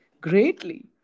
greatly